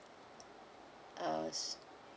uh